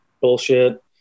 bullshit